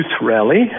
rally